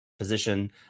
Position